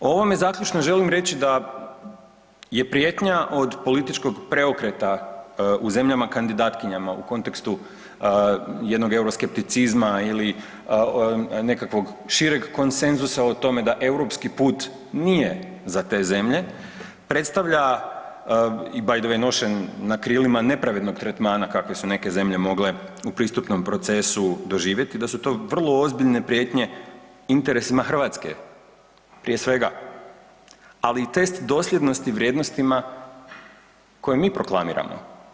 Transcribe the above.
O ovome zaključno želim reći da je prijetnja od političkog preokreta u zemljama kandidatkinjama u kontekstu jednog euroskepticizma ili nekakvog šireg konsenzusa o tome da europski put nije za te zemlje, predstavlja i by the way nošen na krilima nepravednog tretmana kakve su neke zemlje mogle u pristupnom procesu doživjeti da su to vrlo ozbiljne prijetnje interesima Hrvatske prije svega, ali i test dosljednosti vrijednostima koje mi proklamiramo.